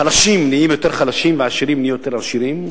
החלשים נהיים יותר חלשים והעשירים נהיים יותר עשירים,